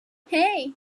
hey